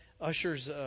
ushers